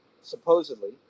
supposedly